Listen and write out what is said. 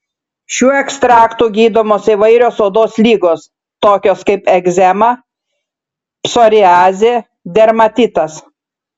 šiuo ekstraktu gydomos įvairios odos ligos tokios kaip egzema psoriazė dermatitas